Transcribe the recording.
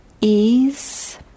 ease